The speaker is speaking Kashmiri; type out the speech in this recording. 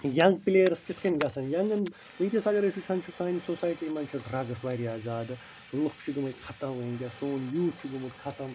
ینٛگ پلیٛٲرٕس کِتھ کٔنۍ گَژھَن ینٛگن وُنٛکیٚس اگر أسۍ وُچھان چھِ سانہِ سوسایٹی منٛز چھِ ڈرگٕس وارِیاہ زیادٕ لوٗکھ چھِ گٔمٕتۍ ختٕم وُنٛکیٚس سون یوٗتھ چھُ گوٚمُت ختٕم